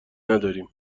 نداریم